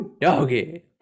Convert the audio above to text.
Doggy